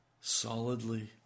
solidly